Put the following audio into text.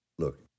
Look